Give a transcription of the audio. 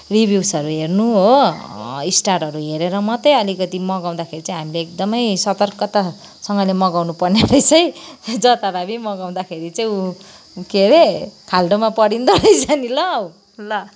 रिभ्युजहरू हेर्नु हो स्टारहरू हेरेर मात्रै अलिकति मगाउँदाखेरि चाहिँ हामीले एकदमै सतर्कतासँगले मगाउनुपर्ने रहेछ है जताभावी मगाउँदाखेरि चाहिँ उ के अरे खाल्डोमा परिँदो रहेछ नि ल औ ल